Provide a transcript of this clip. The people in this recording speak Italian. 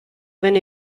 venne